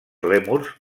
lèmurs